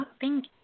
thank